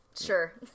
Sure